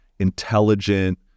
intelligent